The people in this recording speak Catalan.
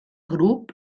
grup